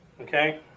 okay